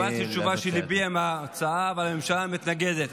קיבלתי תשובה שליבי עם ההצעה, אבל הממשלה מתנגדת.